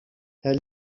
herr